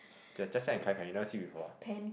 Jia Jia-Jia and kai-kai you never see before ah